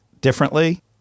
differently